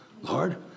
Lord